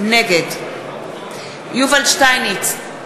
נגד יובל שטייניץ,